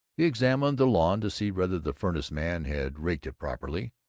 he examined the lawn to see whether the furnace-man had raked it properly.